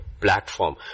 platform